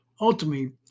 Ultimately